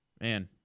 man